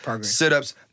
sit-ups